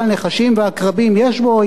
אבל נחשים ועקרבים יש בו,